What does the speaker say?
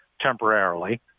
temporarily